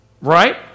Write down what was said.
Right